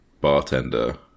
bartender